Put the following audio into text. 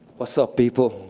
what's up, people?